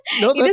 No